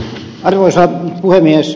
arvoisa puhemies